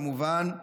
כמובן,